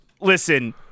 Listen